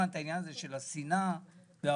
את העניין הזה של השנאה וההומופוביה.